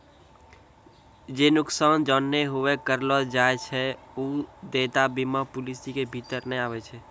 जे नुकसान जानते हुये करलो जाय छै उ देयता बीमा पालिसी के भीतर नै आबै छै